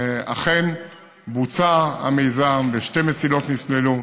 אכן בוצע המיזם ושתי מסילות נסללו,